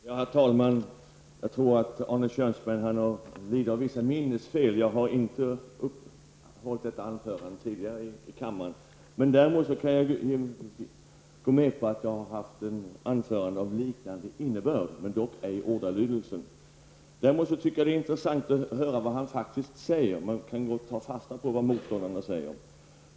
Herr talman! Jag tror att Arne Kjörnsberg lider av vissa minnesfel; jag har inte hållit detta anförande tidigare i kammaren. Däremot kan jag gå med på att jag har haft anföranden av liknande innebörd, dock ej med samma ordalydelse. Det är intressant att höra vad Arne Kjörnsberg faktiskt säger -- man kan gott ta fasta på vad motståndarna säger.